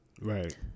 Right